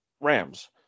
Rams